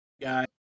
guys